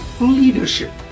leadership